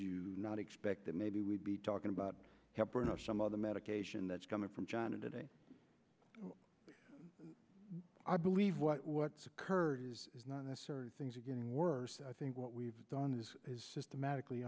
you not expect that maybe we'd be talking about heparin of some of the medication that's coming from china today but i believe what what's occurred is not necessarily things are getting worse i think what we've done is systematically